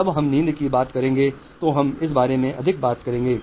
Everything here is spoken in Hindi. जब हम नींद की बात करेंगे तो हम इस बारे में अधिक बात करेंगे